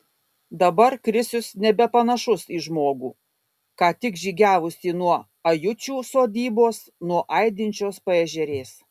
dabar krisius nebepanašus į žmogų ką tik žygiavusį nuo ajučių sodybos nuo aidinčios paežerės